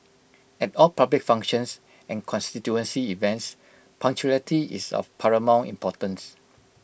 at all public functions and constituency events punctuality is of paramount importance